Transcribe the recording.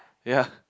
ya